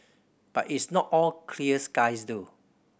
but it's not all clear skies though